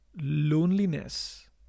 loneliness